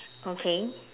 okay